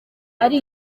ari